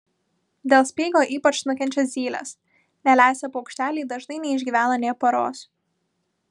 dėl speigo ypač nukenčia zylės nelesę paukšteliai dažnai neišgyvena nė paros